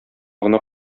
гына